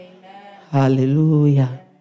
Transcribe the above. Hallelujah